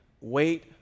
Wait